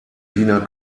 wiener